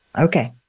Okay